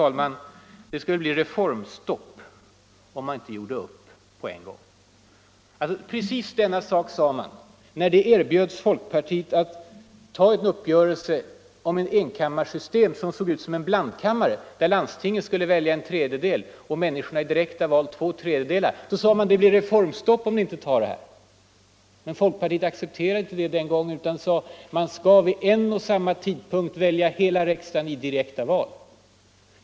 Det skulle bli ”reformstopp” om man inte gjorde upp på en gång i utredningen. Det säger herr Johansson. Precis så sade man när folkpartiet erbjöds att ta en uppgörelse om ett enkammarsystem som innebar något som såg ut som en blandkammare där landstingen skulle välja en tredjedel och människorna i direkta val två tredjedelar. Men folkpartiet accepterade inte det den gången utan sade: Man skall vid en och samma tidpunkt välja hela riksdagen i direkta val.